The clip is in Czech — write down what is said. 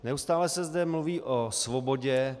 Neustále se zde mluví o svobodě.